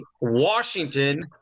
washington